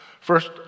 First